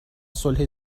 صلح